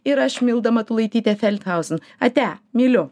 ir aš milda matulaitytė felthauzin ate myliu